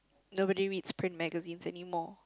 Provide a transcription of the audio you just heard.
nobody reads print magazines anymore